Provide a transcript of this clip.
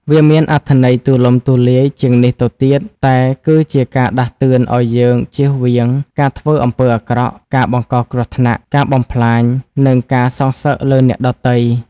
វាមានអត្ថន័យទូលំទូលាយជាងនេះទៅទៀតតែគឺជាការដាស់តឿនឲ្យយើងជៀសវាង ការធ្វើអំពើអាក្រក់ ការបង្កគ្រោះថ្នាក់ ការបំផ្លាញ និងការសងសឹកលើអ្នកដទៃ។